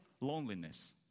loneliness